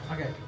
okay